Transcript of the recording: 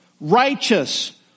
righteous